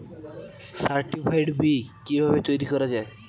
Certified বি কিভাবে তৈরি করা যায়?